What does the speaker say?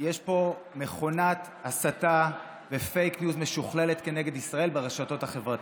יש מכונת הסתה ופייק ניוז משוכללת נגד ישראל ברשתות החברתיות.